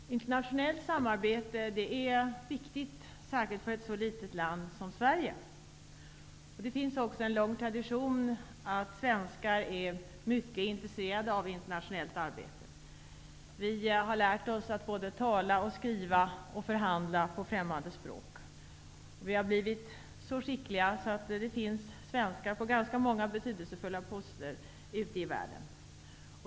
Herr talman! Internationellt samarbete är viktigt, särskilt för ett så litet land som Sverige. Det är också en lång tradition att svenskar är mycket intresserade av internationellt samarbete. Vi har lärt oss att tala, skriva och förhandla på främmande språk. Vi har blivit så skickliga att det finns svenskar på ganska många betydelsefulla poster ute i världen.